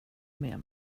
med